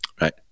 Right